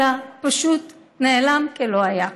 אלא פשוט נעלם כלא היה,